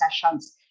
sessions